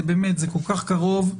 זה כל כך קרוב.